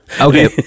Okay